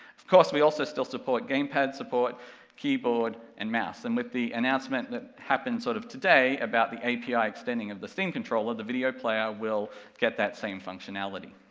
of course we also still support gamepad, support keyboard and mouse, and with the announcement that happened sort of today, about the api extending of the steam controller, the video player will get that same functionality.